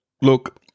Look